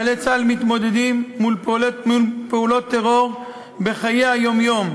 חיילי צה"ל מתמודדים מול פעולות טרור בחיי היום-יום,